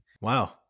Wow